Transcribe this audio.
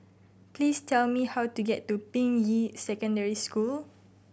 please tell me how to get to Ping Yi Secondary School